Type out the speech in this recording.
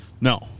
No